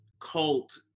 cult